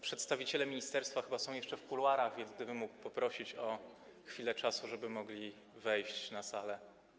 Przedstawiciele ministerstwa chyba są jeszcze w kuluarach, więc chciałbym prosić o chwilę czasu, żeby mogli wejść na salę.